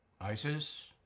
ISIS